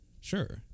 Sure